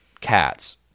cats